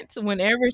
whenever